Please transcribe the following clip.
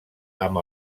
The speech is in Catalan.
amb